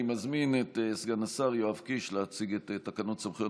אני מזמין את סגן השר יואב קיש להציג את תקנות סמכויות